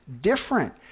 different